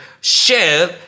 share